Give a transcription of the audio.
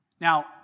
Now